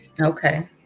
Okay